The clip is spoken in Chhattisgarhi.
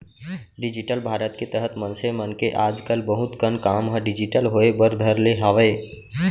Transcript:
डिजिटल भारत के तहत मनसे मन के आज कल बहुत कन काम ह डिजिटल होय बर धर ले हावय